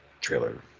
trailer